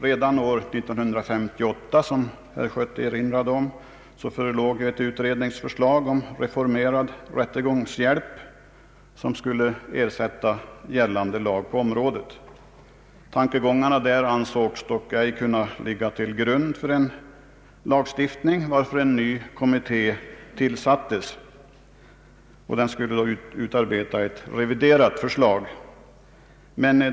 Redan år 1958 förelåg, som herr Schött erinrade om, ett utredningsförslag om reformerad rättegångshjälp, som skulle ersätta gällande lag på området. Tankegångarna där ansågs ej kunna ligga till grund för en lagstiftning, varför en ny kommitté tillsattes för att utarbeta ett reviderat förslag.